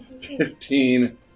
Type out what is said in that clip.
Fifteen